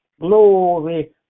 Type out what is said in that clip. Glory